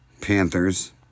Panthers